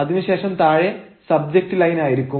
അതിനു ശേഷം താഴെ സബ്ജെക്ട് ലൈൻ ആയിരിക്കും